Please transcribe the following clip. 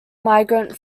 migrant